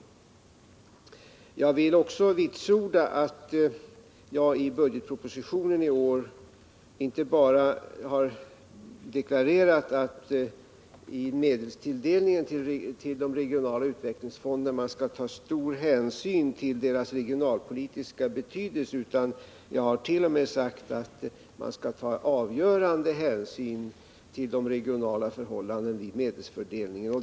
Jag vill också vitsorda att jag i årets budgetproposition inte bara har deklarerat att man vid medelstilldelningen till de regionala utvecklingsfonderna skall ta stor hänsyn till deras regionalpolitiska betydelse, utan jag har t.o.m. sagt att man skall ta avgörande hänsyn till de regionala förhållandena vid medelstilldelningen.